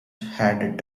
had